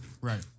right